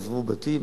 עזבו בתים,